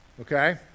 okay